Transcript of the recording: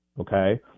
Okay